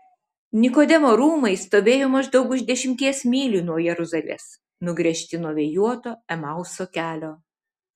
nikodemo rūmai stovėjo maždaug už dešimties mylių nuo jeruzalės nugręžti nuo vėjuoto emauso kelio